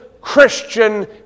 Christian